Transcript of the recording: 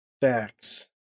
Facts